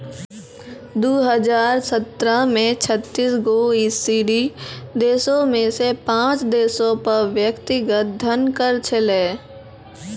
दु हजार सत्रह मे छत्तीस गो ई.सी.डी देशो मे से पांच देशो पे व्यक्तिगत धन कर छलै